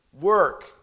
work